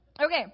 Okay